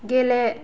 गेले